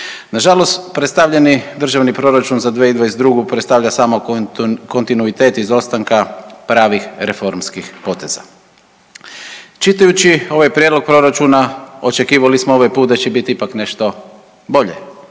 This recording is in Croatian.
Nažalost predstavljeni državni proračun za 2022. predstavlja samo kontinuitet izostanka pravih reformskih poteza. Čitajući ovaj prijedlog proračuna očekivali smo ovaj put da će biti ipak nešto bolje,